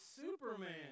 Superman